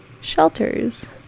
shelters